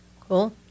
Cool